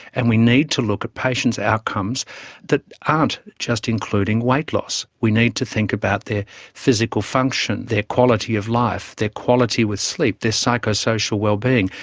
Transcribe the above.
and we need to look at patients' outcomes that aren't just including weight loss. we need to think about their physical function, their quality of life, their quality with sleep, their psychosocial well-being.